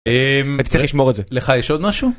אתה צריך לשמור את זה, לך יש עוד משהו?